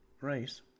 race